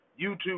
YouTube